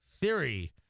theory